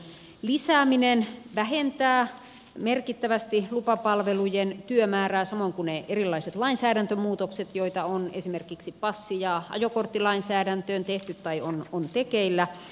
sähköisen palvelun lisääminen vähentää merkittävästi lupapalvelujen työmäärää samoin kuin ne erilaiset lainsäädäntömuutokset joita on esimerkiksi passi ja ajokorttilainsäädäntöön tehty tai on tekeillä